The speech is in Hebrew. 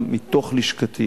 גם מתוך לשכתי,